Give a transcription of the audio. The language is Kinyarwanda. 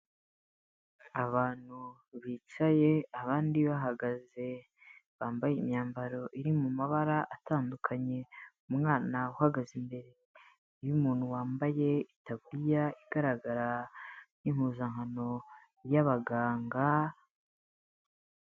Abantu bicaye abandi bahagaze bambaye imyambaro iri mu mabara atandukanye, umwana uhagaze imbere y'umuntu wambaye itaburiya igaragara nk'impuzankano y'abaganga.